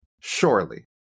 Surely